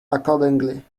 accordingly